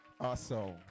Awesome